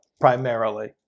primarily